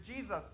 Jesus